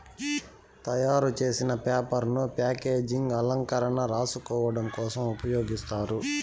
తయారు చేసిన పేపర్ ను ప్యాకేజింగ్, అలంకరణ, రాసుకోడం కోసం ఉపయోగిస్తారు